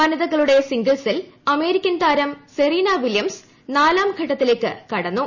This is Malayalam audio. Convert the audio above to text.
വനിതകളുടെ സിംഗിൾസിൽ അമേരിക്കൻ താരം സെറീന വില്യംസ് നാലാം ഘട്ടത്തിലേക്ക് കടന്നു